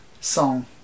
song